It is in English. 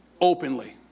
openly